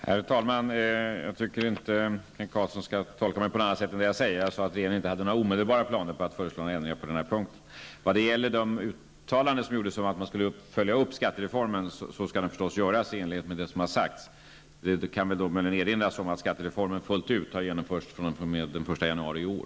Herr talman! Jag tycker inte att Kent Carlsson skall tolka in något annat än det jag säger. Jag sade att regeringen inte hade några omedelbara planer på att föreslå ändringar på den här punkten. Vad gäller de uttalanden som gjordes om att man skulle följa upp skattereformen, skall det naturligtvis göras i enlighet med vad som har sagts. Det kan dock möjligen erinras om att skattereformen har genomförts fullt ut fr.o.m. den 1 januari i år.